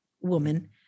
woman